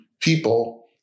people